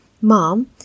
Mom